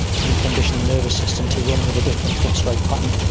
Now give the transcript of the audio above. to recondition the nervous system to run with a different foot strike pattern,